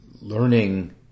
learning